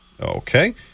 Okay